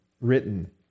written